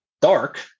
dark